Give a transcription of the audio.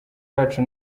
yacu